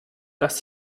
dass